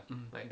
mm